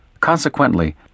consequently